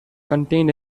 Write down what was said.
contained